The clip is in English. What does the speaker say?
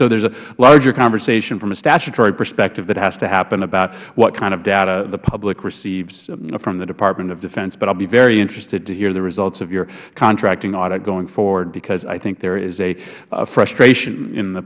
so there is a larger conversation from a statutory perspective that has to happen about what kind of data the public receives from the department of defense but i will be very interested to hear the results of your contracting audit going forward because i think there is a frustration in the